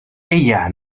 ella